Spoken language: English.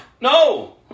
No